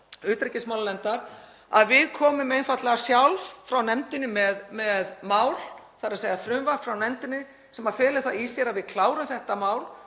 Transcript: að við komum einfaldlega sjálf frá nefndinni fram með mál, þ.e. frumvarp frá nefndinni, sem felur það í sér að við klárum þetta mál